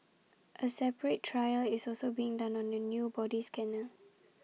A separate trial is also being done on A new body scanner